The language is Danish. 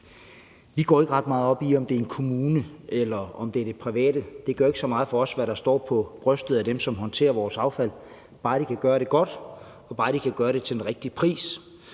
Vi går ikke ret meget op i, om det er en kommune, eller om det er det private. Det gør ikke så meget for os, hvad der står på brystet af dem, som håndterer vores affald, bare de kan gøre det godt, og bare de kan gøre det til den rigtige pris.